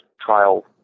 trial